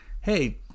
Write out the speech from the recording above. hey